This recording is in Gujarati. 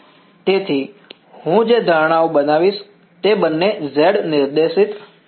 તેથી હું જે ધારણાઓ બનાવીશ તે બંને z નિર્દેશિત છે